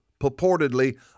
purportedly